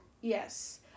Yes